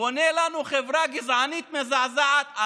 בונה לנו חברה גזענית מזעזעת,